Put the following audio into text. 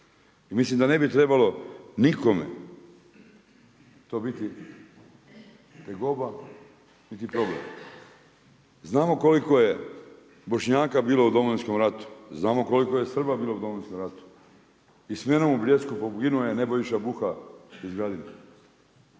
mislim da ne bi trebalo nikome to biti tegoba niti problem. Znamo koliko je Bošnjaka bilo u Domovinskom ratu, znamo koliko je Srba bilo u Domovinskom ratu, i s menom u Bljesku poginuo je Nebojša Buha iz